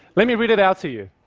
let me read it out to you.